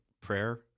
Prayer